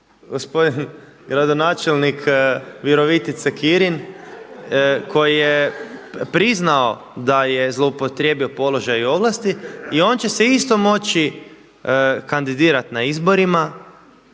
gospodin gradonačelnik Virovitice Kirin koji je priznao da je zloupotrijebio položaj i ovlasti, i on će se isto moći kandidirati na izborima.